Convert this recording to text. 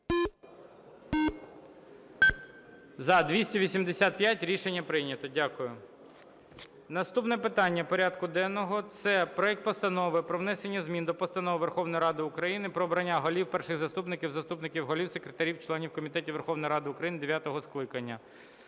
За-285 Рішення прийнято. Дякую. Наступне питання порядку денного – це проект Постанови про внесення змін до Постанови Верховної Ради України "Про обрання голів, перших заступників, заступників голів, секретарів, членів комітетів Верховної Ради України дев’ятого скликання".